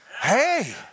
Hey